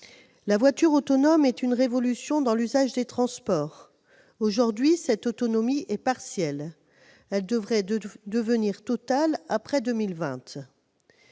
La voiture autonome constitue une révolution dans l'usage des transports. Aujourd'hui, l'autonomie est partielle. Elle devrait devenir totale après 2020.